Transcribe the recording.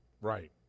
right